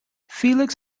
felix